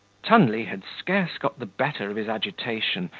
tunley had scarce got the better of his agitation,